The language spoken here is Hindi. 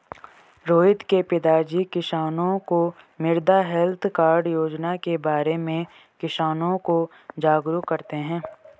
रोहित के पिताजी किसानों को मृदा हैल्थ कार्ड योजना के बारे में किसानों को जागरूक करते हैं